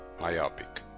myopic